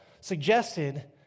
suggested